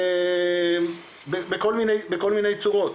בכל מיני צורות,